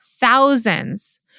thousands